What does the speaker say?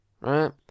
right